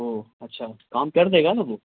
اوہ اچھا کام کر دے گا نا وہ